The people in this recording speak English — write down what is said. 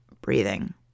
breathing